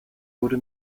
wurde